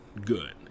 good